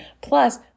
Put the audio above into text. Plus